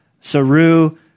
Saru